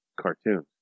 cartoons